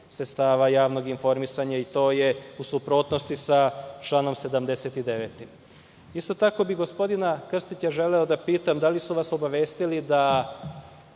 sredstava javnih informisanja i to je u suprotnosti sa članom 79.Isto bih gospodina Krstića želeo da pitam – da li su vas obavestili da